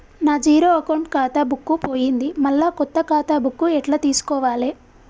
నా zero account ఖాతా book పోయింది మళ్ళా కొత్త ఖాతా బుక్కు ఎట్ల తీసుకోవాలే?